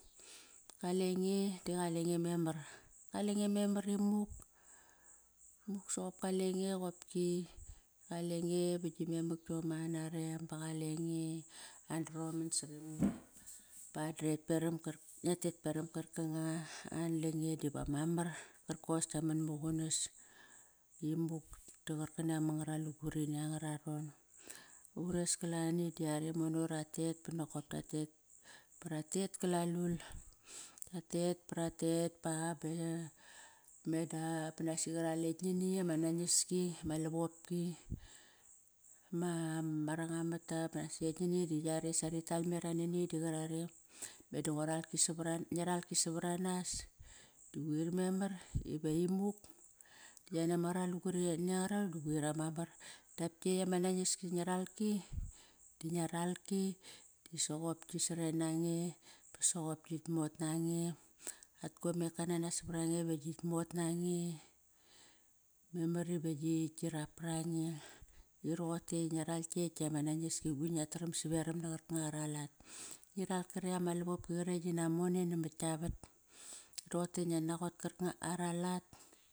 Kalenge di qalenge memar. Qalenge memar imuk. Soqop kalenge qopki qalenge vat gi memak iom anarem ba qalenge androman saram na ngiat tet peram karkanga an lange diva ma mar qarkos gia man muqunas imuk da qarkani ama ngara lugurini angararon. Ures kalani di are mono ratet banokop tat tet baratet kalalul, ratet baratet ba meda qosi qaral ekt nani ama nangis ki ma lavopki. Rangam mata basi ekt nani di yare sa rital me nane ni di qarare me da ngial ralki savar anas quir memar ive imuk di yani ama ngara lugurini anga raron du quir ama mar dap kekt ama nangiski ngia ralki di ngia ralki di soqopki saren nange bosoqopkit mot nange. At gomeka nanas savar ange ive qit mot nange. Memar ive qi rap parange iroqotei ngiaral kekt diama nangis ki. Quir ngia taram saveram na qaerkanga ara lat. Ngiral karekt ama lavopki qarekt namone namat gia vat. Roqotei ngial naqot karkanga.